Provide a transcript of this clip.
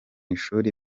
ishuri